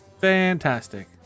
Fantastic